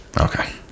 Okay